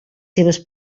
seves